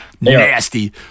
nasty